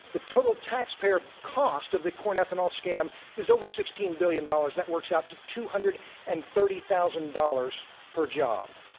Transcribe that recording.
the total taxpayer cost of the corn ethanol scam is over sixteen billion dollars. that works out to two hundred and thirty thousand dollars per job.